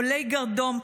עולי גרדום,